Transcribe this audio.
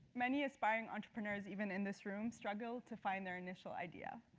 many aspiring entrepreneurs, even in this room struggle to find their initial idea.